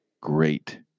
great